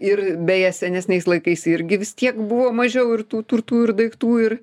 ir beje senesniais laikais irgi vis tiek buvo mažiau ir tų turtų ir daiktų ir